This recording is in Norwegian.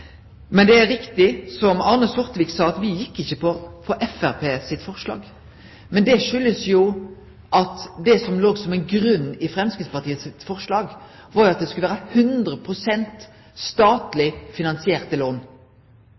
Men det er riktig som Arne Sortevik sa, at me gjekk ikkje for Framstegspartiets forslag. Grunnen er at det i Framstegspartiets forslag stod at det skulle vere 100 pst. statleg finansierte lån.